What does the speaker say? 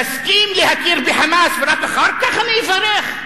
תסכים להכיר ב"חמאס", ורק אחר כך אני אברך?